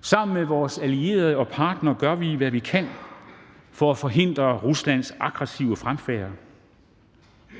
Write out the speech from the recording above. Sammen med vores allierede og partnere gør vi, hvad vi kan, for at forhindre Ruslands aggressive fremfærd.